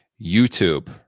YouTube